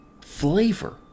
flavor